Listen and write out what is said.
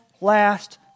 last